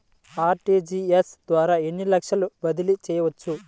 RTGS ద్వారా ఎన్ని లక్షలు బదిలీ చేయవచ్చు?